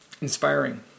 inspiring